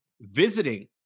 visiting